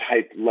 type